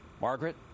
Margaret